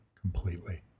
completely